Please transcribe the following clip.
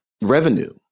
revenue